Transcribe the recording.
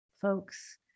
folks